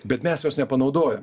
bet mes jos nepanaudojam